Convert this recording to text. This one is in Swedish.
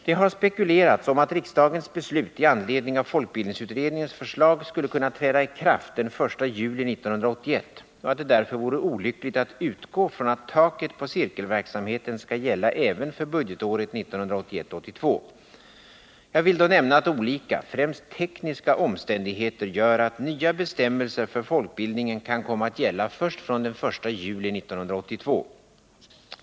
Det har spekulerats om att riksdagens beslut i anledning av folkbildningsutredningens förslag skulle kunna träda i kraft den 1 juli 1981 och att det därför vore olyckligt att utgå från att taket på cirkelverksamheten skall gälla även för budgetåret 1981/82. Jag vill då nämna att olika, främst tekniska, omständigheter gör att nya bestämmelser för folkbildningen kan komma att gälla först från den 1 juli 1982.